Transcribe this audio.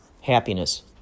Happiness